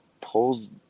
pulls